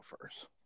first